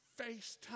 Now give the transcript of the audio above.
FaceTime